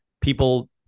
people